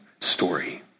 story